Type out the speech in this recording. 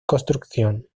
construcción